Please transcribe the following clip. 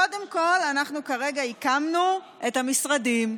קודם כול, אנחנו כרגע הקמנו את המשרדים,